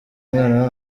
mwana